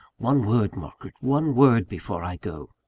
one word, margaret one word before i go